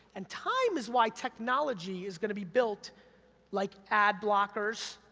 and time is why technology is gonna be built like ad blockers,